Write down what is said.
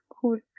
cool